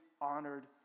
honored